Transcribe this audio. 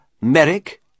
Merrick